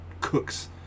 cooks